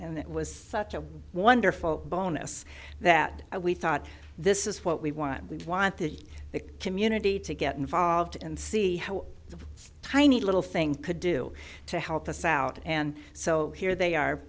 and it was such a wonderful bonus that we thought this is what we want we want the community to get involved and see how the tiny little thing could do to help us out and so here they are